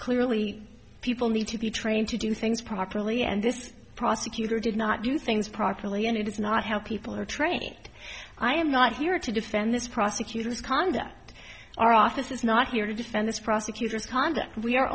clearly people need to be trained to do things properly and this prosecutor did not do things properly and it is not how people are training i am not here to defend this prosecutor's conduct our office is not here to defend this prosecutor's conduct we